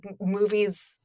movies